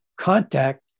contact